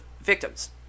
victims